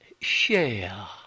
share